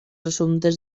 assumptes